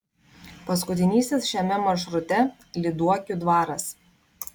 paskutinysis šiame maršrute lyduokių dvaras